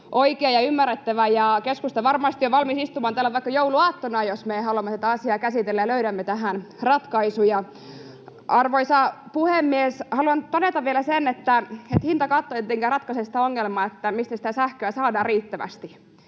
oikea ja ymmärrettävä, ja keskusta varmasti on valmis istumaan täällä vaikka jouluaattona, jos me haluamme tätä asiaa käsitellä ja löydämme tähän ratkaisuja. Arvoisa puhemies! Haluan todeta vielä, että hintakatto ei tietenkään ratkaise sitä ongelmaa, mistä sitä sähköä saadaan riittävästi,